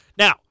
Now